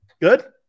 Good